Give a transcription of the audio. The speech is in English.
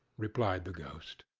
replied the ghost.